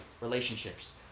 relationships